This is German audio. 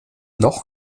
noch